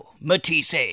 Matisse